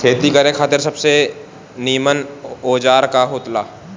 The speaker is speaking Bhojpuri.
खेती करे खातिर सबसे नीमन औजार का हो ला?